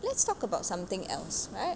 let's talk about something else right